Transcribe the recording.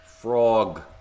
Frog